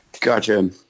Gotcha